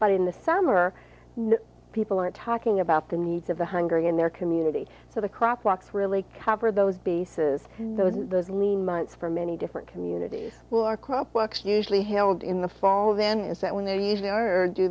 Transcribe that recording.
money in the summer people are talking about the needs of the hungry in their community so the crop walks really cover those bases those those lean months for many different communities will our crop works usually held in the fall then is that when they usually are